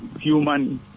human